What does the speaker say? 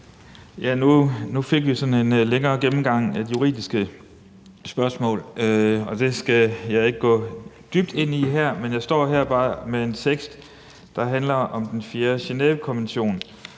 Nu fik vi en lidt længere gennemgang af de juridiske spørgsmål, og det skal jeg ikke gå dybt ind i her. Men jeg står bare her med en tekst, der handler om den fjerde Genèvekonvention,